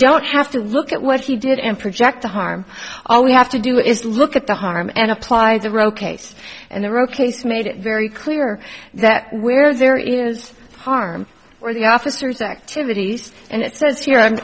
don't have to look at what he did in project to harm all we have to do is look at the harm and apply the roe case and the roe case made it very clear that where there is harm or the officers activities and it says here i'm